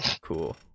cool